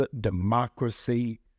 Democracy